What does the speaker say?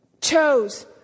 chose